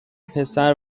پسر